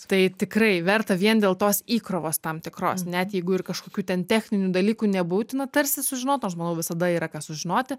tai tikrai verta vien dėl tos įkrovos tam tikros net jeigu ir kažkokių ten techninių dalykų nebūtina tarsi sužinot o aš manau visada yra ką sužinoti